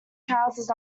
trousers